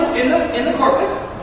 in the corpus,